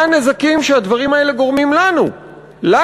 מה הנזקים שהדברים האלה גורמים לנו כמדינה,